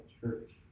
church